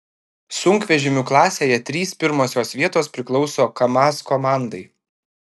sunkvežimių klasėje trys pirmosios vietos priklauso kamaz komandai